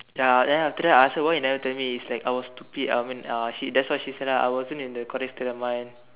ya then after that I ask her why you never tell me it's like I was stupid I mean uh that's what she said lah I wasn't in a correct state of mind